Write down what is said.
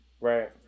Right